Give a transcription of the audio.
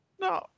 No